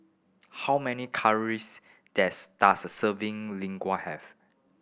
how many calories does a serving Lasagne have